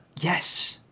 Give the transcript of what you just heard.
Yes